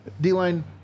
D-line